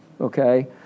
Okay